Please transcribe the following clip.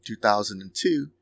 2002